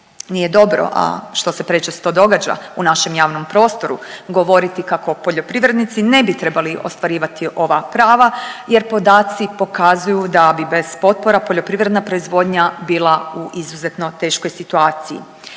Nije dobro, a što se prečesto događa u našem javnom prostoru, govoriti kako poljoprivrednici ne bi trebali ostvarivati ova prava jer podaci pokazuju da bi bez potpora poljoprivredna proizvodnja bila u izuzetno teškoj situaciji.